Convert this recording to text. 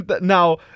now